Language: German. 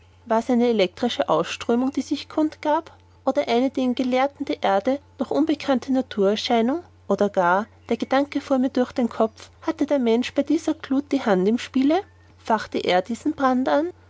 war's eine elektrische ausströmung die sich kund gab oder eine den gelehrten der erde noch unbekannte naturerscheinung oder gar der gedanke fuhr mir durch den kopf hatte der mensch bei dieser gluth die hand im spiele fachte er diesen brand an